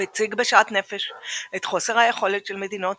הוא הציג בשאט נפש את חוסר היכולת של מדינות